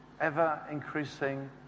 ever-increasing